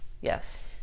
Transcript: Yes